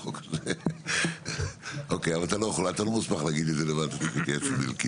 זאת אומרת, שני נושאים בעצם שרצינו לדבר עליהם.